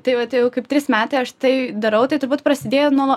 tai vat jau kaip trys metai aš tai darau tai turbūt prasidėjo nuo